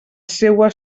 seua